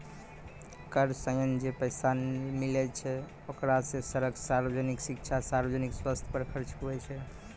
कर सं जे पैसा मिलै छै ओकरा सं सड़क, सार्वजनिक शिक्षा, सार्वजनिक सवस्थ पर खर्च हुवै छै